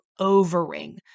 overing